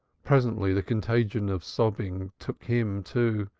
presently the contagion of sobbing took him too.